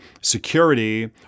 security